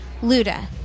Luda